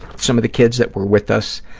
some of the kids that were with us